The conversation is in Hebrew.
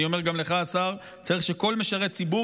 אני אומר גם לך, השר, צריך שכל משרת ציבור